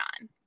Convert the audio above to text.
on